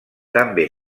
també